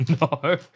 no